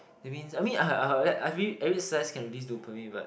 that means I mean I mean every exercise can release dopamine but